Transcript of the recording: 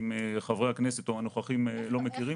אם חברי הכנסת או הנוכחים לא מכירים.